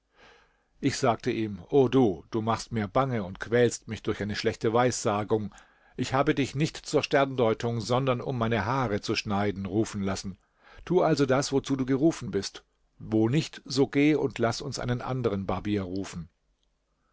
ich sagte ihm o du du machst mir bange und quälst mich durch deine schlechte weissagung ich habe dich nicht zur sterndeutung sondern um meine haare zu schneiden rufen lassen tu also das wozu du gerufen bist wo nicht so geh und laß uns einen anderen barbier rufen